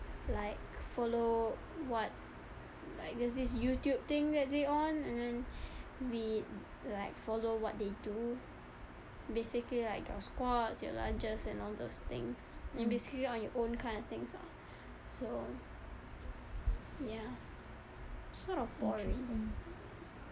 like follow what like there's this youtube thing that they on and then we like follow what they do basically like your squats your lunges and all those things and basically on your own kind of thing ah so ya sort of boring